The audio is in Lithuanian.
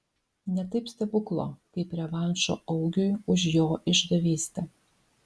ne taip stebuklo kaip revanšo augiui už jo išdavystę